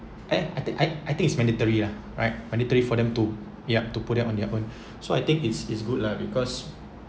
eh I think I I think is mandatory lah right mandatory for them to yup to put it on their own so I think it's it's good lah because